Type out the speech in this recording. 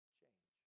change